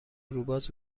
روباز